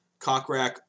Cockrack